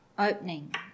opening